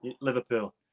Liverpool